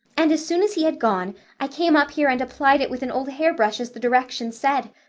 and as soon as he had gone i came up here and applied it with an old hairbrush as the directions said.